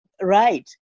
right